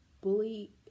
bully